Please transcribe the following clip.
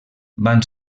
van